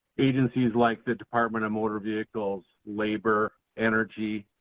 agencies like the department of motor vehicles, labor, energy.